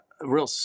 real